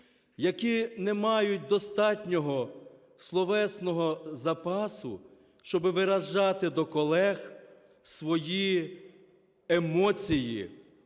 які не мають достатнього словесного запасу, щоб виражати до колег свої емоції